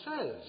says